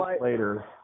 later